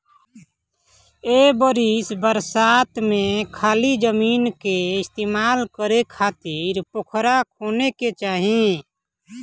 ए बरिस बरसात में खाली जमीन के इस्तेमाल करे खातिर पोखरा खोने के चाही